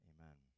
Amen